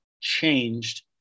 changed